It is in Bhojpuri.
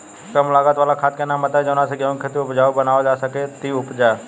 कम लागत वाला खाद के नाम बताई जवना से गेहूं के खेती उपजाऊ बनावल जा सके ती उपजा?